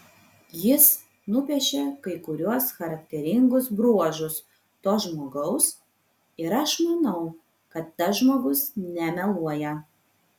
jis nupiešė kai kuriuos charakteringus bruožus to žmogaus ir aš manau kad tas žmogus nemeluoja